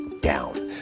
down